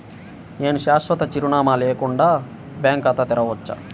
నేను శాశ్వత చిరునామా లేకుండా బ్యాంక్ ఖాతా తెరవచ్చా?